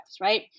right